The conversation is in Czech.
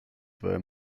tvé